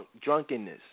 drunkenness